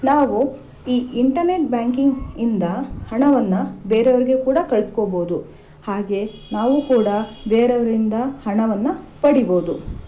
ನಾವು ಈ ಇಂಟರ್ನೆಟ್ ಬ್ಯಾಂಕಿಂಗಿಂದ ಹಣವನ್ನು ಬೇರೆಯವ್ರಿಗೆ ಕೂಡ ಕಳಿಸ್ಕೋಬೋದು ಹಾಗೆ ನಾವು ಕೂಡ ಬೇರೆಯವರಿಂದ ಹಣವನ್ನು ಪಡಿಬೋದು